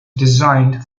designed